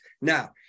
Now